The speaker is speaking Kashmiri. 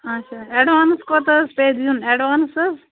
آچھا ایڈوانٕس کوٗت حظ پیٚیہِ دیُن ایڈوانٕس حظ